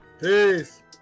Peace